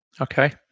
Okay